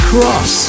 Cross